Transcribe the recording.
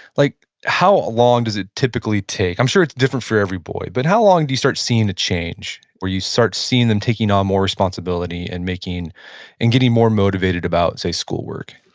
like how long does it typically take? i'm sure it's different for every boy, but how long do you start seeing the change, where you start seeing them taking on more responsibility and and getting more motivated about, say, schoolwork?